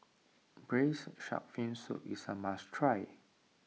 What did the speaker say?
Braised Shark Fin Soup is a must try